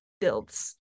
builds